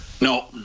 No